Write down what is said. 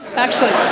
actually,